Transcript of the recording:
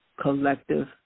collective